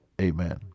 Amen